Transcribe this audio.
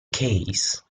case